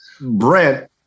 Brent